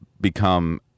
become